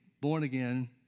born-again